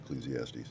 Ecclesiastes